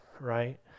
right